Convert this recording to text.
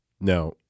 Now